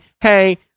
Hey